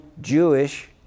Jewish